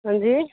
हां जी